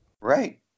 Right